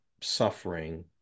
suffering